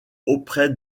auprès